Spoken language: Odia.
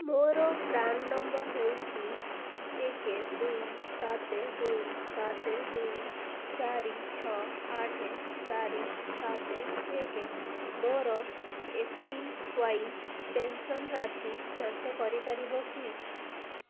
ମୋର ପ୍ରାନ୍ ନମ୍ବର ହେଉଛି ଏକ ଦୁଇ ସାତ ଦୁଇ ସାତ ଦୁଇ ଚାରି ଛଅ ଆଠ ଚାରି ସାତ ଏକ ମୋର ଏ ପି ୱାଇ ପେନ୍ସନ୍ ରାଶି ଯାଞ୍ଚ କରିପାରିବ କି